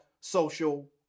social